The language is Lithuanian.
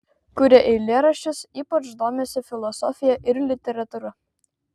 kuria eilėraščius ypač domisi filosofija ir literatūra